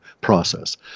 process